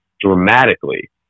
dramatically